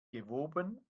gewoben